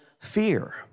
fear